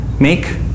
Make